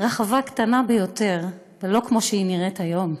רחבה קטנה ביותר, ולא כמו שהיא נראית היום.